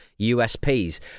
USPs